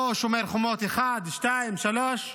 או שומר חומות 1, 2, 3,